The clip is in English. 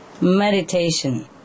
meditation